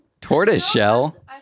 tortoiseshell